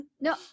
no